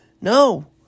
No